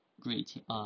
great